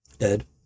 Ed